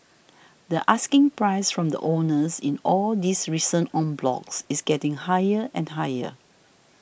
the asking price from the owners in all these recent en blocs is getting higher and higher